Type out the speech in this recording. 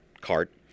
cart